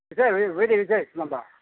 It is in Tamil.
விஷே வீ வீட்டில் விஷேசம் தான்ப்பா